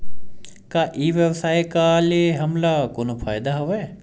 का ई व्यवसाय का ले हमला कोनो फ़ायदा हवय?